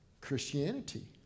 Christianity